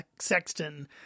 Sexton